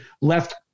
left